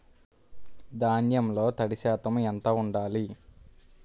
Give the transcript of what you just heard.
ధాన్యంలో తడి శాతం ఎంత ఉండాలి?